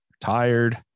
tired